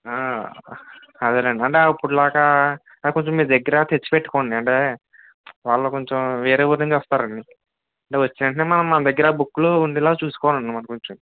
అదే అండి అంటే అప్పుడులాగా కొంచెం మీ దగ్గర తెచ్చి పెట్టుకోండి అంటే వాళ్ళు కొంచెం వేరే ఊరు నుంచి వస్తారండి అంటే వచ్చిన వెంటనే మనం మన దగ్గర బుక్కులు ఉండేలా చూసుకోవాలండి మనం కొంచెం